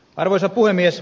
arvoisa puhemies